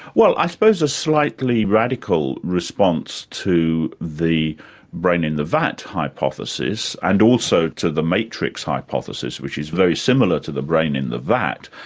well i suppose a slightly radical response to the brain in the vat hypothesis, and also to the matrix hypothesis, which is very similar to the brain in the vat,